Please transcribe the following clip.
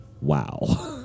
WoW